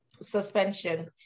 suspension